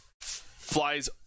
flies